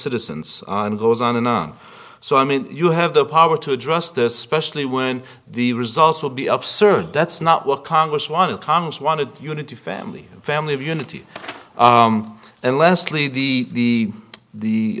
citizens and goes on and on so i mean you have the power to address the specially when the results will be absurd that's not what congress one in congress wanted unity family family of unity and lastly the